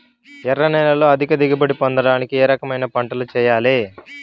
ఎర్ర నేలలో అధిక దిగుబడి పొందడానికి ఏ రకమైన పంటలు చేయాలి?